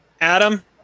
Adam